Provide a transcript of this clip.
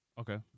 Okay